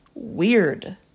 weird